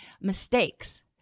mistakes